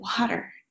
Water